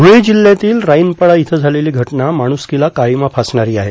धुळे जिल्हयातील राईनपाडा इथं झालेली घटना माणुसकीला काळीमा फासणारी आहे